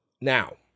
Now